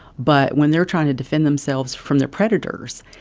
but when they're trying to defend themselves from their predators,